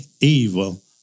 evil